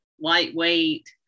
lightweight